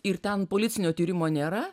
ir ten policinio tyrimo nėra